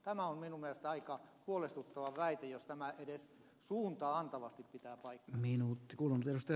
tämä on minun mielestäni aika huolestuttava väite jos tämä edes suuntaa antavasti pitää paikkansa